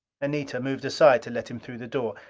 anita moved aside to let him through the door.